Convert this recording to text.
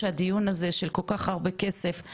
לאן הוא הולך, מאיפה הוא בא, נתונים.